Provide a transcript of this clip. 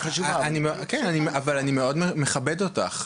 כן אבל אני מאוד מכבד אותך,